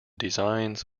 designs